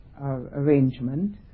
arrangement